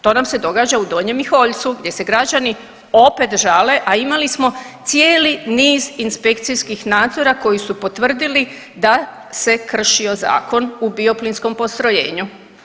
To nam se događa u Donjem Miholjcu gdje se građani opet žale, a imali smo cijeli niz inspekcijskih nadzora koji su potvrdili da se kršio zakon u bioplinskom postrojenju.